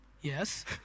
Yes